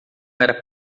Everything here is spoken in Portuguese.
era